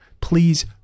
please